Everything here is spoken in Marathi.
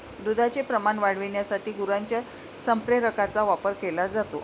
दुधाचे प्रमाण वाढविण्यासाठी गुरांच्या संप्रेरकांचा वापर केला जातो